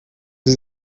sie